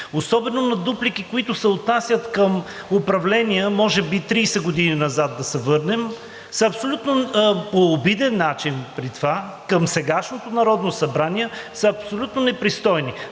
особено на дуплики, които се отнасят към управление може би 30 години назад, да се върнем, по обиден начин при това, към сегашното Народно събрание, са абсолютно непристойни.